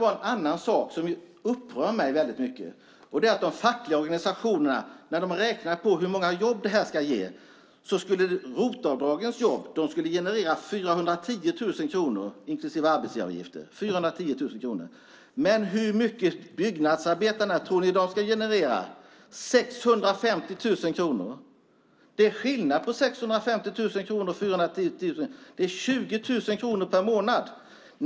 Men en sak som upprör mig väldigt mycket är att de fackliga organisationerna när de räknar på hur många jobb det här ska ge säger att ROT-avdragsjobben genererar 410 000 kronor inklusive arbetsgivaravgifter. Men hur mycket tror ni att byggnadsarbetarna genererar? Jo, de genererar 650 000 kronor. Det är skillnad på 650 000 kronor och 410 000 kronor. Det blir 20 000 kronor per månad.